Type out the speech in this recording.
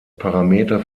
parameter